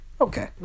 Okay